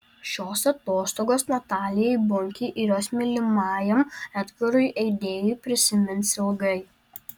šios atostogos natalijai bunkei ir jos mylimajam edgarui eidėjui prisimins ilgai